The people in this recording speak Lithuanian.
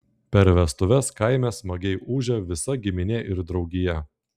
per vestuves kaime smagiai ūžia visa giminė ir draugija